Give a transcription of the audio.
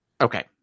Okay